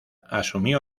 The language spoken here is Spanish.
asumió